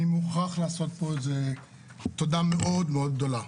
אני מוכרח לעשות פה איזה תודה מאוד גדולה.